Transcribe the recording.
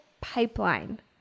pipeline